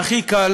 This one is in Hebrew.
הכי קל